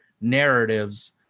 narratives